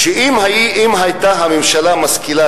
אם היתה הממשלה משכילה,